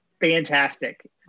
fantastic